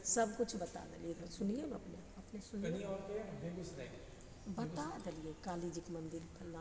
सबकिछु बता देलिए सुनिए ने बता देलिए कालीजीके मन्दिर